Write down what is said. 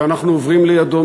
ואנחנו עוברים לידו.